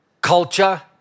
culture